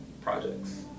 projects